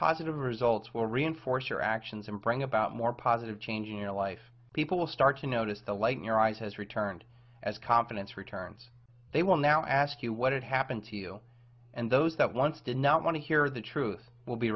positive results will reinforce your actions and bring about more positive change in your life people will start to notice the light in your eyes has returned as confidence returns they will now ask you what happened to you and those that once did not want to hear the truth will be